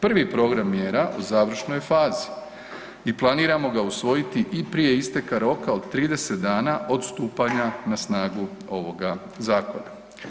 Prvi program mjera je u završnoj fazi i planiramo ga usvojiti i prije isteka roka od 30 dana od stupanja na snagu ovoga zakona.